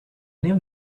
new